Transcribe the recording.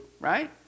right